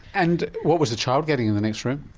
and what was the child getting in the next room?